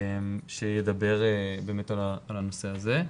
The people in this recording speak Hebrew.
שידבר על הנושא הזה.